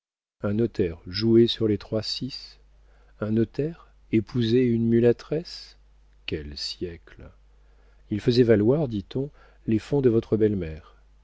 un notaire jouer sur les trois-six un notaire épouser une mulâtresse quel siècle il faisait valoir dit-on les fonds de votre belle-mère